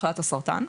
מחלת הסרטן,